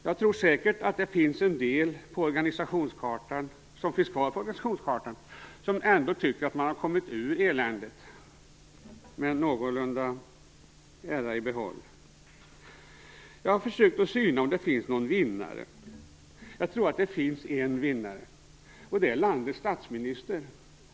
Jag tror säkert att det är en del som finns kvar på organisationskartan som ändå tycker att man har kommit ur eländet med äran någorlunda i behåll. Jag har försökt syna om det finns någon vinnare. Jag tror att det finns en vinnare, och det är landets statsminister.